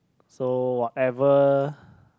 so whatever